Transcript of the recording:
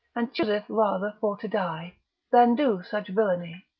and chooseth rather for to die than do such villainy.